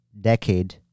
decade